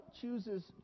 chooses